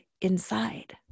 inside